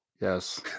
Yes